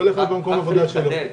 כדי לחדד,